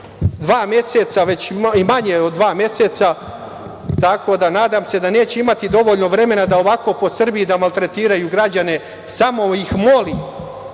dva meseca, i manje od dva meseca, tako da se nadam da neće imati dovoljno vremena da ovako po Srbiji maltretiraju građane. Samo ih molim